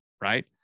right